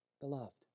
Beloved